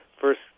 first